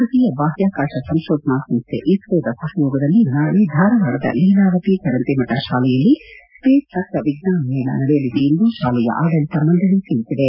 ಭಾರತೀಯ ಬಾಹ್ಕಾಕಾಶ ಸಂಶೋಧನಾ ಸಂಸ್ಥೆ ಇಸ್ತೋದ ಸಹಯೋಗದಲ್ಲಿ ನಾಳೆ ಧಾರವಾಡದ ಲೀಲಾವತಿ ಚರಂತಿಮಠ ಶಾಲೆಯಲ್ಲಿ ಸ್ವೇಸ್ ತತ್ವ ವಿಜ್ವಾನ ಮೇಳ ನಡೆಯಲಿದೆ ಎಂದು ಶಾಲೆಯ ಆಡಳಿತ ಮಂಡಳಿ ತಿಳಿಸಿದೆ